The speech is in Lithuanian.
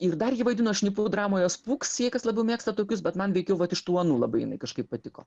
ir dar ji vaidino šnipų dramoje spūks tie kas labiau mėgsta tokius bet man veikiau vat iš tų anų labai jinai kažkaip patiko